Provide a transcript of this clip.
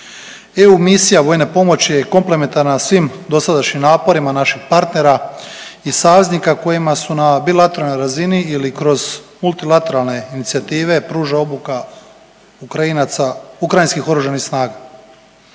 EU misija vojne pomoći je komplementarna svim dosadašnjim naporima naših partnerima i saveznika kojima su na bilateralnoj razini ili kroz multilateralne inicijative pruž obuka Ukrajinaca, ukrajinskih oružanih snaga.